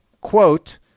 quote